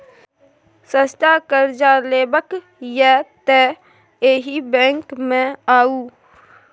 सस्ता करजा लेबाक यै तए एहि बैंक मे आउ